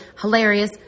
hilarious